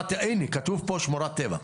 הנה כתוב פה שמורת טבע.